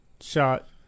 shot